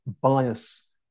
bias